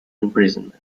imprisonment